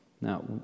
Now